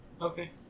Okay